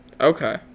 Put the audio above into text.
Okay